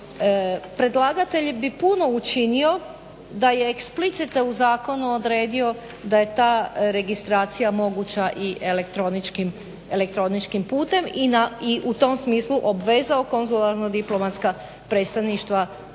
Predlagatelj bi puno učinio da je eksplicite u zakonu odredio da je ta registracija moguća i elektroničkim putem i u tom smislu obvezao konzularno-diplomatska predstavništva